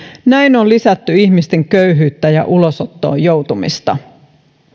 näin on lisätty ihmisten köyhyyttä ja ulosottoon joutumista